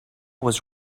was